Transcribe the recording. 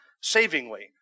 savingly